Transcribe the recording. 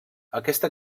aquesta